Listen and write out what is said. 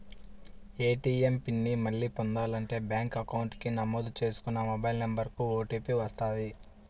ATM PIN ని మళ్ళీ పొందాలంటే బ్యేంకు అకౌంట్ కి నమోదు చేసుకున్న మొబైల్ నెంబర్ కు ఓటీపీ వస్తది